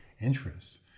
interests